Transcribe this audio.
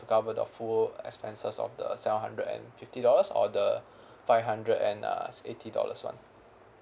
to cover the full expenses of the seven hundred and fifty dollars or the five hundred and uh eighty dollars one